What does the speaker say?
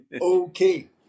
Okay